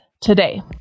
today